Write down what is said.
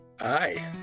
Aye